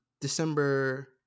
december